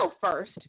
first